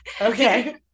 okay